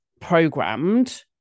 programmed